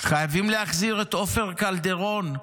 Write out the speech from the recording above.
חייבים להחזיר את עופר קלדרון,